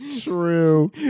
True